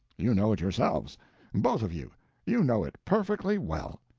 you know it yourselves both of you you know it perfectly well.